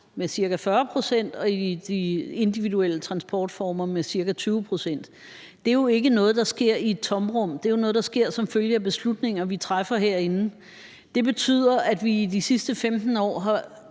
med ca. 40 pct. og på de individuelle transportformer med ca. 20 pct. Det er ikke noget, der sker i et tomrum. Det er jo noget, der sker som følge af beslutninger, vi træffer herinde. Det betyder, at vi i de sidste 15 år har